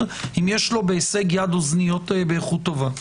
אם יש לו בהישג יד אוזניות באיכות טובה.